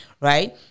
right